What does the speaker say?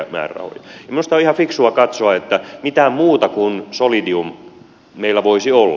minusta on ihan fiksua katsoa mitä muuta kuin solidium meillä voisi olla